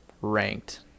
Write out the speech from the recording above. ranked